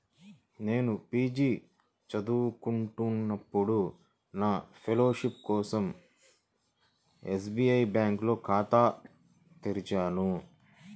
నేను పీజీ చదువుకునేటప్పుడు నా ఫెలోషిప్ కోసం ఎస్బీఐ బ్యేంకులో ఖాతా తెరిచాను